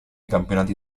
campionati